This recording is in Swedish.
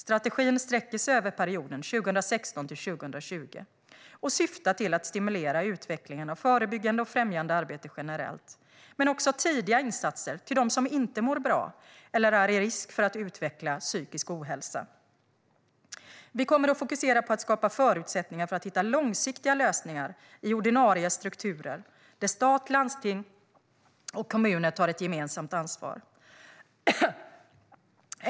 Strategin sträcker sig över perioden 2016-2020 och syftar till att stimulera utvecklingen av förebyggande och främjande arbete generellt liksom tidiga insatser för dem som inte mår bra eller löper risk att utveckla psykisk ohälsa. Vi kommer att fokusera på att skapa förutsättningar för att hitta långsiktiga lösningar i ordinarie strukturer där stat, landsting och kommuner tar ett gemensamt ansvar.